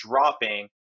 dropping